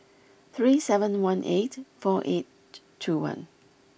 three seven one eight four eight two one